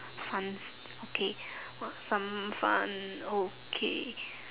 funs okay what are some fun okay